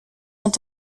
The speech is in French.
ont